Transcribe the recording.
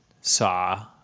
saw